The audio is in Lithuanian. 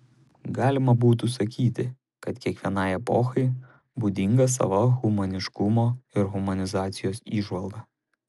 galima būtų sakyti kad kiekvienai epochai būdinga sava humaniškumo ir humanizacijos įžvalga